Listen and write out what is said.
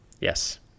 Yes